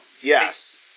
Yes